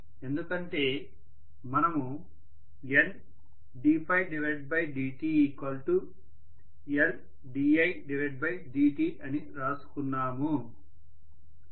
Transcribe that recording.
ఎందుకంటే మనము NddtLdidtఅని రాసుకున్నాము